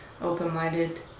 open-minded